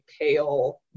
pale